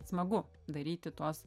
smagu daryti tuos